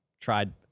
tried